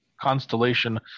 constellation